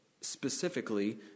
specifically